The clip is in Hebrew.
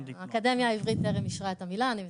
האקדמיה העברית טרם אישרה את המילה, אני מתנצלת.